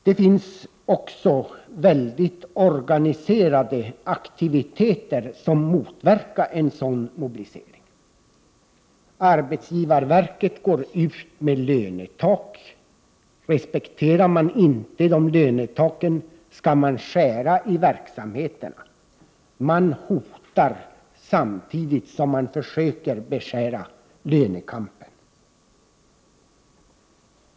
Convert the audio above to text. | Det finns också många organiserade aktiviteter som motverkar en sådan mobilisering. Arbetsgivarverket går ut med lönetak. Om dessa lönetak inte | respekteras skall det skäras i verksamheterna. Arbetsgivarverket hotar samtidigt som det försöker beskära lönekampen.